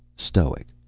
stoic.